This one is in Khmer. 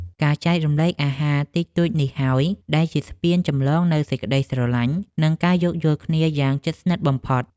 ការចែករំលែកអាហារតិចតួចនេះហើយ ដែលជាស្ពានចម្លងនូវសេចក្តីស្រឡាញ់ និងការយោគយល់គ្នាយ៉ាងជិតស្និទ្ធបំផុត។